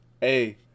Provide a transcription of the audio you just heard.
Hey